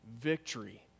victory